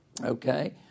Okay